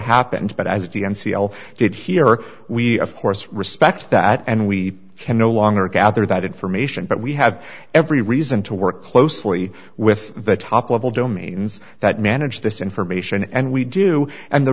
happened but as the n c l did here we of course respect that and we can no longer gather that information but we have every reason to work closely with the top level domains that manage this information and we do and the